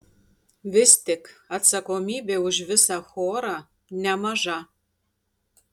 vis tik atsakomybė už visą chorą nemaža